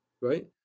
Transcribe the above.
right